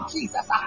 Jesus